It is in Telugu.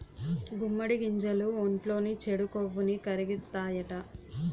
గుమ్మడి గింజలు ఒంట్లోని చెడు కొవ్వుని కరిగిత్తాయట